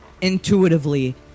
Intuitively